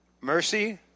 Mercy